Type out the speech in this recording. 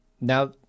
now